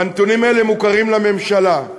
והנתונים האלה מוכרים לממשלה.